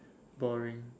boring